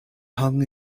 hung